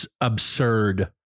absurd